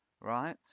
right